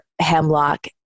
hemlock